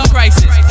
Crisis